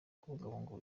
kubungabunga